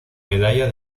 medalla